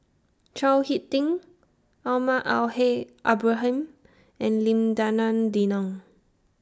Chao Hick Tin Almahdi Al Haj Ibrahim and Lim Denan Denon